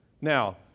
Now